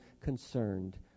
concerned